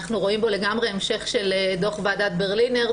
אנחנו רואים בו לגמרי המשך של דוח ועדת ברלינר.